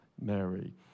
Mary